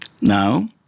Now